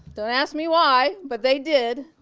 don't as me why, but they did,